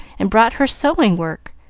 and brought her sewing-work,